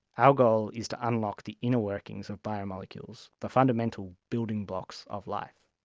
our goal is to unlock the inner workings of biomolecules, the fundamental building blocks of life.